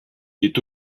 est